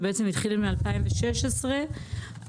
שהתחיל ב-2016,